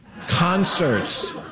concerts